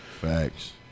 Facts